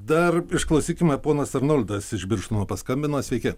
dar išklausykime ponas arnoldas iš birštono paskambino sveiki